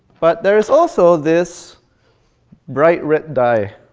but there's also this bright red die